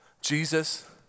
Jesus